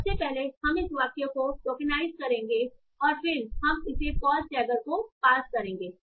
सबसे पहले हम इस वाक्य को टोकेनाइज करेंगे और फिर हम इसे पॉज़ टैगर को पास करेंगे